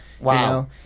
wow